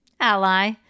Ally